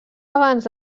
abans